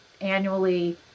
annually